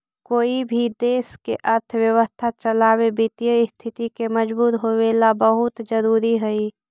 कोई भी देश के अर्थव्यवस्था चलावे वित्तीय स्थिति के मजबूत होवेला बहुत जरूरी हइ